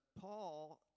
Paul